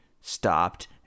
stopped